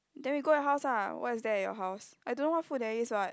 then we go your house lah what is there at your house I don't know what food there is what